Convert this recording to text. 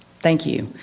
thank you.